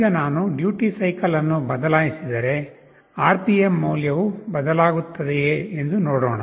ಈಗ ನಾನು duty cycle ಅನ್ನು ಬದಲಾಯಿಸಿದರೆ RPM ಮೌಲ್ಯವು ಬದಲಾಗುತ್ತದೆಯೇ ಎಂದು ನೋಡೋಣ